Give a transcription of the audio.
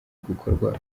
gukorwa